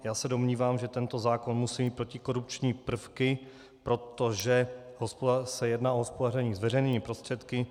Já se domnívám, že tento zákon musí mít protikorupční prvky, protože se jedná o hospodaření s veřejnými prostředky.